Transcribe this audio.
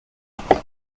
himself